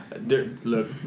Look